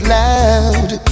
loud